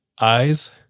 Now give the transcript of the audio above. eyes